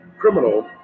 criminal